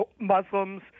Muslims